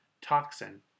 toxin